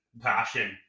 passion